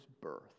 birth